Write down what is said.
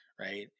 Right